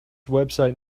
website